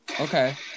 Okay